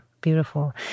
beautiful